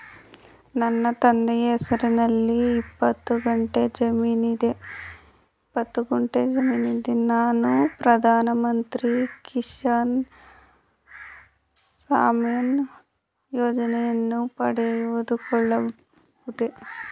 ನನ್ನ ತಂದೆಯ ಹೆಸರಿನಲ್ಲಿ ಇಪ್ಪತ್ತು ಗುಂಟೆ ಜಮೀನಿದೆ ನಾನು ಪ್ರಧಾನ ಮಂತ್ರಿ ಕಿಸಾನ್ ಸಮ್ಮಾನ್ ಯೋಜನೆಯನ್ನು ಪಡೆದುಕೊಳ್ಳಬಹುದೇ?